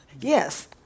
Yes